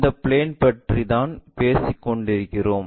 இந்த பிளேன் பற்றி தான் பேசிக் கொண்டிருக்கிறோம்